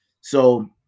So-